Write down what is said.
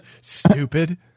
stupid